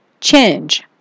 change